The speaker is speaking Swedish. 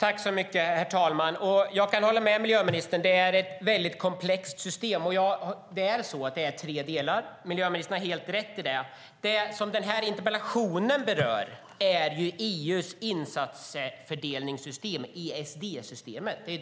Herr talman! Jag kan hålla med miljöministern om att det är ett väldigt komplext system, och miljöministern har helt rätt i att det är tre delar. Det som den här interpellationen berör är EU:s insatsfördelningssystem, ESD-systemet.